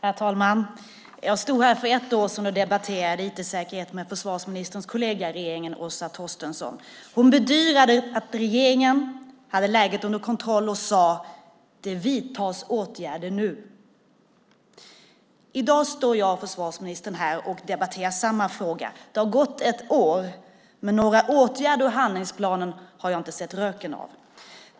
Herr talman! Jag stod här för ett år sedan och debatterade IT-säkerhet med försvarsministerns kollega i regeringen, Åsa Torstensson. Hon bedyrade då att regeringen hade läget under kontroll och sade: Det vidtas åtgärder nu. I dag står jag och försvarsministern här och debatterar samma fråga. Det har gått ett år, men några åtgärder och handlingsplan har jag inte sett röken av.